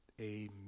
amen